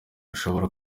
ushobora